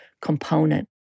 component